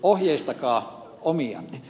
ohjeistakaa omianne